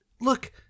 Look